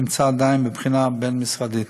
נמצא עדיין בבחינה בין-משרדית.